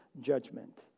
Judgment